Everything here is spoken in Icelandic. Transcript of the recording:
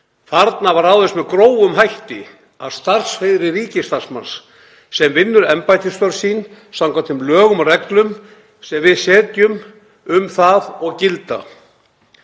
Þarna var ráðist með grófum hætti að starfsheiðri ríkisstarfsmanns sem vinnur embættisstörf sín samkvæmt þeim lögum og reglum sem við setjum um það og gilda.